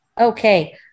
Okay